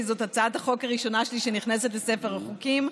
כי זאת הצעת החוק הראשונה שלי שנכנסת לספר החוקים.